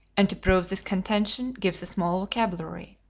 and to prove this contention, gives a small vocabulary.